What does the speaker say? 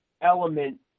element